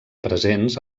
presents